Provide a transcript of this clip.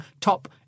top